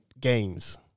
games